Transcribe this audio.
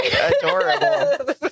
Adorable